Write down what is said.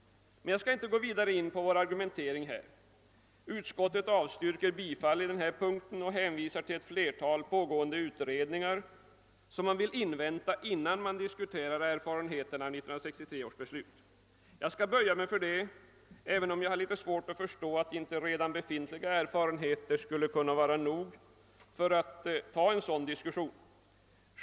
Jag skall emellertid inte vidare gå in på vår argumentering. Utskottet avstyrker vårt krav på denna punkt och hänvisar till ett flertal pågående utredningar, som man vill invänta innan man vill diskutera erfarenheterna av 1963 års beslut. Jag skall böja mig för detta, även om jag har en smula svårt att förstå att inte redan befintliga erfarenheter skulle kunna vara ett gott underlag för en sådan diskussion.